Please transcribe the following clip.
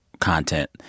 content